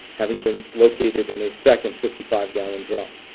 having been located in a second fifty five gallon drum.